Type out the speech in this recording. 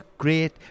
Great